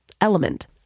Element